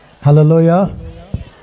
Hallelujah